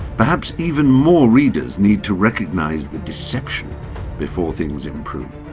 perhaps even more readers need to recognise the deception before things improve.